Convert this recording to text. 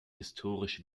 historisch